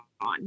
on